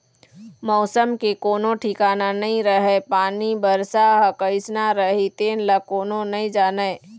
मउसम के कोनो ठिकाना नइ रहय पानी, बरसा ह कइसना रही तेन ल कोनो नइ जानय